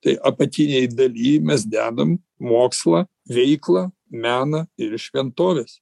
tai apatinėj daly mes dedam mokslą veiklą meną ir šventoves